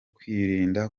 kwirinda